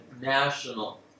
national